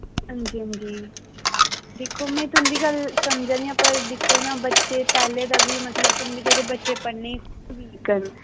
अंंजी अंजी दिक्खो में तुं'दी गल्ल समझै दी आं पर दिक्ख न बच्चे पैह्लें दा बी मतलब तुं'दे जेह्ड़े बच्चे पढ़ने ई वीक न